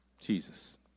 Jesus